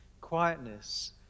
Quietness